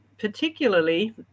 particularly